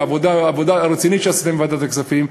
על העבודה הרצינית שעשיתם בוועדת הכספים,